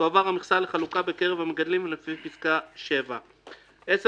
תועבר המכסה לחלוקה בקרב המגדלים לפי פסקה (7); 10